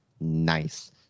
nice